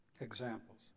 Examples